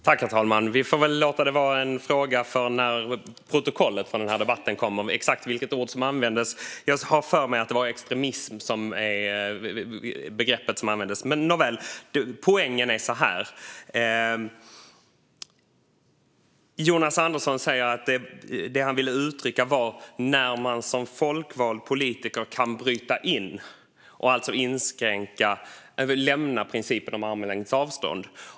Herr talman! Vi får väl låta frågan om exakt vilket ord som användes avgöras när protokollet från denna debatt kommer. Jag har för mig att extremism var det begrepp som användes. Nåväl, poängen är denna. Jonas Andersson sa att det han ville uttrycka var när man som folkvald politiker kan bryta in och alltså lämna principen om armlängds avstånd.